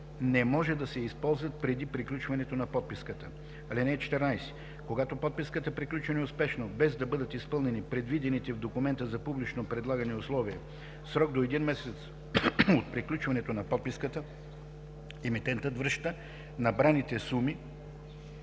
не може да се използват преди приключване на подписката. (14) Когато подписката приключи неуспешно, без да бъдат изпълнени предвидените в документа за публично предлагане условия, в срок до един месец от приключване на подписката емитентът връща набраните суми